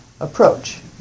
approach